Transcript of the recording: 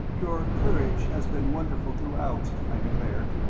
your courage has been wonderful throughout, i declared,